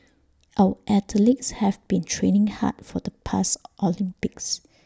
our athletes have been training hard for the past Olympics